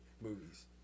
movies